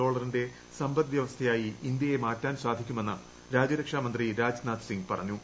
ഡോളറിന്റെ സമ്പദ്വൃവസ്ഥയായി ഇന്ത്യയെ മാറ്റാൻ സാധിക്കുമെന്ന് രാജ്യരക്ഷാമന്ത്രി രാജ്നാഥ് സിംഗ് പറഞ്ഞു